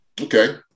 Okay